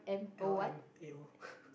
L_M_A_O